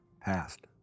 passed